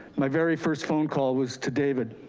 my very first phone call was to david.